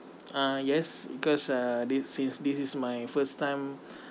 uh yes because uh this since this is my first time